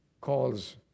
calls